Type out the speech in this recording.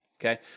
okay